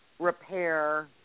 repair